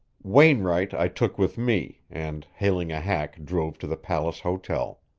wainright i took with me, and hailing a hack drove to the palace hotel.